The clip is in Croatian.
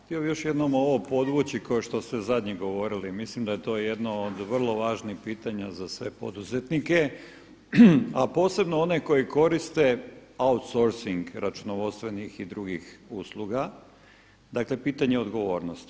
Htio bih još jednom ovo podvući kao što ste zadnje govorili, mislim da je to jedno od vrlo važnih pitanja za sve poduzetnike a posebno one koji koriste outsourcing računovodstvenih i drugih usluga, dakle pitanje odgovornosti.